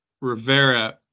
Rivera